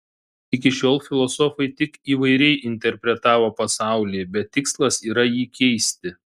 iki šiol filosofai tik įvairiai interpretavo pasaulį bet tikslas yra jį keisti